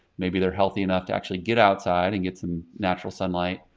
maybe they're healthy enough to actually get outside and get some natural sunlight.